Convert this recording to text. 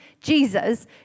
Jesus